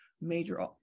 major